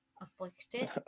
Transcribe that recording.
afflicted